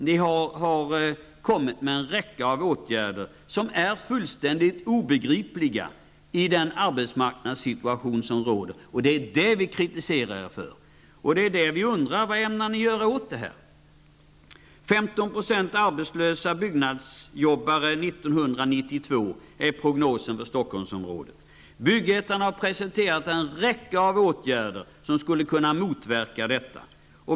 Ni har kommit med en räcka av åtgärder som är fullständigt obegripliga i den arbetsmarknadssituation som råder, och det är det vi kritiserar er för. Därför undrar vi: Vad ämnar ni göra åt det här? 15 % arbetslösa byggnadsjobbare 1992 är prognosen för Stockholmsområdet. Byggettan har presenterat en räcka åtgärder som skulle kunna motverka detta.